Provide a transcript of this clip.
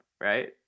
right